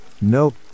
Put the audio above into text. nope